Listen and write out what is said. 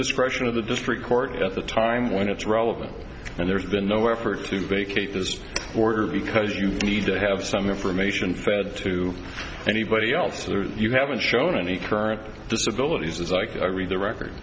discretion of the district court at the time when it's relevant and there's been no effort to vacate this order because you need to have some information fed to anybody else or you haven't shown any current disability is like the record